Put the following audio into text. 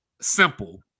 simple